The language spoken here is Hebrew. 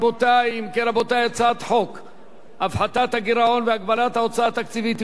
חוק הפחתת הגירעון והגבלת ההוצאה התקציבית (תיקון מס' 12),